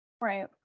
Right